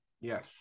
yes